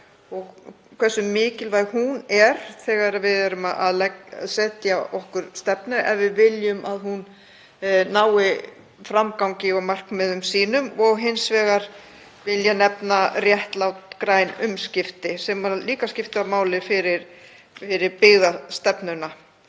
hversu mikilvæg hún er þegar við setjum okkur stefnu ef við viljum að hún nái framgangi og markmiðum sínum. Ég vil að auki nefna réttlát græn umskipti sem líka skipta máli fyrir byggðastefnuna